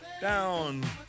down